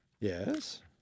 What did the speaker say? Yes